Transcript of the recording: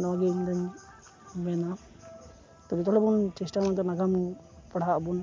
ᱱᱚᱣᱟ ᱜᱮ ᱤᱧ ᱫᱩᱧ ᱢᱮᱱᱟ ᱮᱱᱛᱮ ᱡᱚᱛᱚ ᱦᱚᱲ ᱵᱚᱱ ᱪᱮᱥᱴᱟᱭ ᱢᱟ ᱱᱟᱜᱟᱢ ᱯᱟᱲᱦᱟᱜ ᱟᱵᱚᱱ